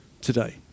today